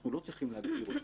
אנחנו לא צריכים להגביר אותן.